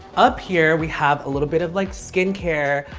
up here, we have a little bit of like skin care.